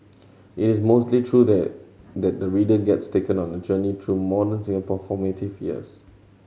it is mostly through that that the reader gets taken on a journey through modern Singapore formative years